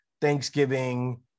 thanksgiving